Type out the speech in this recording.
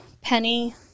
Penny